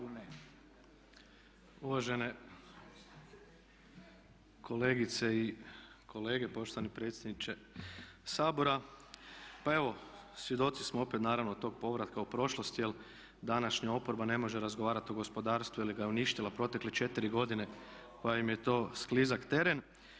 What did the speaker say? Uvažene kolegice i kolege, poštovani predsjedniče Sabora pa evo svjedoci smo opet naravno tog povratka u prošlost jer današnja oporba ne može razgovarati o gospodarstvu jer ga je uništila protekle 4 godine pa im je to sklizak teren.